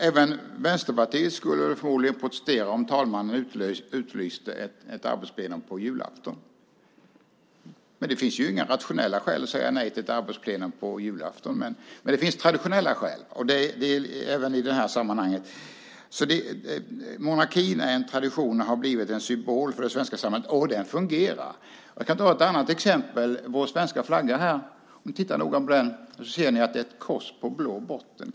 Även Vänsterpartiet skulle förmodligen protestera om talmannen utlyste ett arbetsplenum på julafton. Det finns inga rationella skäl att säga nej till ett arbetsplenum på julafton, men det finns traditionella skäl. Det gör det även i detta sammanhang. Monarkin är en tradition och den har blivit en symbol för det svenska samhället. Den fungerar. Jag kan ta ett annat exempel: Vår svenska flagga. Om ni tittar noga på den ser ni ett kors på blå botten.